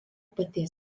paties